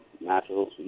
natural